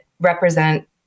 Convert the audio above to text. represent